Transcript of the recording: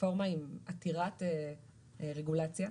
רפורמה עתירת רגולציה.